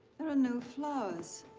there are no flowers.